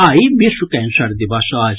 आइ विश्व कैंसर दिवस अछि